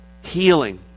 healing